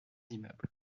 immeubles